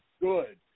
Good